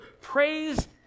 praise